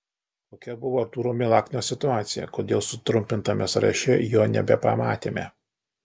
kokia buvo artūro milaknio situacija kodėl sutrumpintame sąraše jo nebepamatėme